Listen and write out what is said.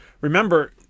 Remember